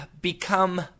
become